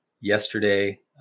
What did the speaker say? Yesterday